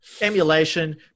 emulation